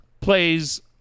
plays